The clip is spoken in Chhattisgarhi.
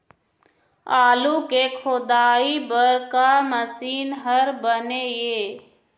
आलू के खोदाई बर का मशीन हर बने ये?